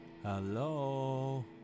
Hello